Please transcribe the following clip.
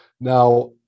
Now